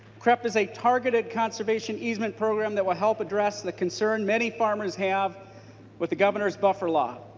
crep is a targeted conservation agent program that will help address the concern many farmers have with the governors buffer law.